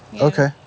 okay